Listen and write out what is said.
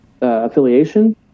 affiliation